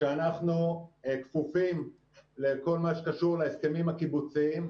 שאנחנו כפופים לכל מה שקשור להסכמים הקיבוציים.